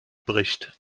bricht